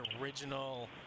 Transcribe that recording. original